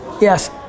Yes